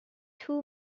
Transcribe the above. too